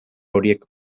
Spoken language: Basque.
horiek